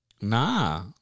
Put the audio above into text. Nah